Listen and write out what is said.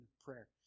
prayer